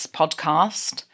podcast